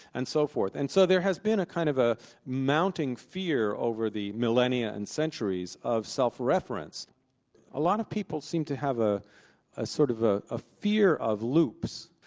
and so forth. and so there has been a kind of ah mounting fear, over the millennia and centuries, of self-reference. a lot of people seem to have a ah sort of ah ah fear of loops,